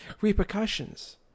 repercussions